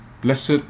Blessed